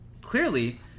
Clearly